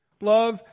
Love